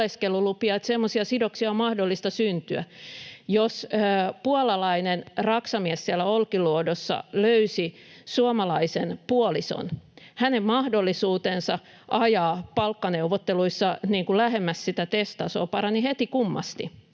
että semmoisia sidoksia on mahdollista syntyä. Jos puolalainen raksamies siellä Olkiluodossa löysi suomalaisen puolison, hänen mahdollisuutensa ajaa palkkaneuvotteluissa lähemmäs sitä TES-tasoa parani heti kummasti,